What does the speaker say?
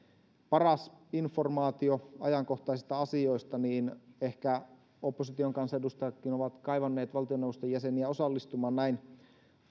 paras informaatio ajankohtaisista asioista ja ehkä opposition kansanedustajat ovat kaivanneet valtioneuvoston jäseniä osallistumaan näin